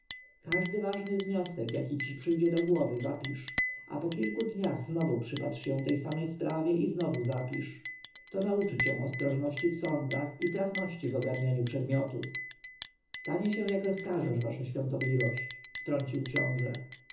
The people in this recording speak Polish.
każdy ważny wniosek jaki ci dziś przyjdzie do głowy zapisz a po kilku dniach znowu przypatrz się tej samej sprawie i znowu zapisz to nauczy cię ostrożności w sądach i trafności w ogarnianiu przedmiotów stanie się jak rozkazujesz wasza świątobliwość wtrącił książę